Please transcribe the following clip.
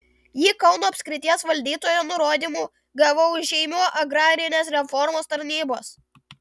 jį kauno apskrities valdytojo nurodymu gavau iš žeimių agrarinės reformos tarnybos